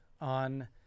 on